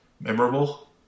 memorable